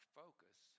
focus